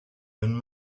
when